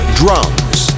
drums